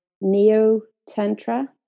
Neo-Tantra